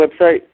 website